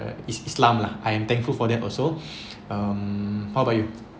it is islam lah I am thankful for them also um how about you